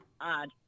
odd